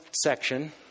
section